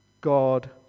God